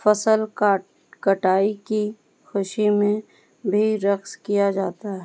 فصل کاٹ کٹائی کی خوشی میں بھی رقص کیا جاتا ہے